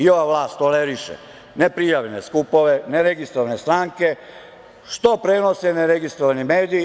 Ova vlast toleriše ne prijavljene skupove, ne registrovane stranke, što prenose ne registrovani mediji.